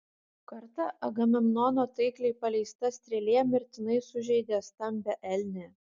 kartą agamemnono taikliai paleista strėlė mirtinai sužeidė stambią elnę